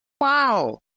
Wow